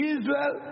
Israel